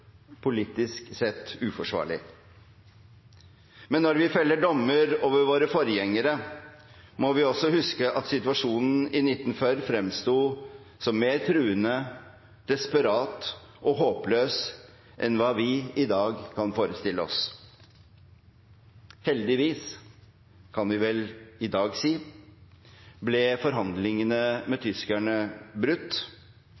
politisk sett uforsvarlig. Men når vi feller dommer over våre forgjengere, må vi også huske at situasjonen i 1940 fremsto som mer truende, desperat og håpløs enn hva vi i dag kan forestille oss. Heldigvis, kan vi vel i dag si, ble forhandlingene med tyskerne brutt.